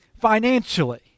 financially